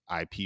ip